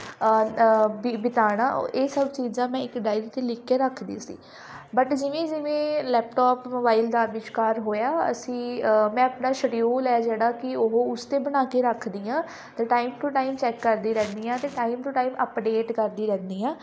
ਬਿ ਬਿਤਾਉਣਾ ਇਹ ਸਭ ਚੀਜ਼ਾਂ ਮੈਂ ਇੱਕ ਡਾਇਰੀ 'ਤੇ ਲਿੱਖ ਕੇ ਰੱਖਦੀ ਸੀ ਬਟ ਜਿਵੇਂ ਜਿਵੇਂ ਲੈਪਟੋਪ ਮੋਬਾਈਲ ਦਾ ਆਵਿਸ਼ਕਾਰ ਹੋਇਆ ਅਸੀਂ ਮੈਂ ਆਪਣਾ ਸ਼ਡਿਊਲ ਹੈ ਜਿਹੜਾ ਕਿ ਉਹ ਉਸ 'ਤੇ ਬਣਾ ਕੇ ਰੱਖਦੀ ਹਾਂ ਅਤੇ ਟਾਈਮ ਟੂ ਟਾਈਮ ਸੈੱਟ ਕਰਦੀ ਰਹਿੰਦੀ ਹਾਂ ਅਤੇ ਟੂ ਟਾਈਮ ਅਪਡੇਟ ਕਰਦੀ ਰਹਿੰਦੀ ਹਾਂ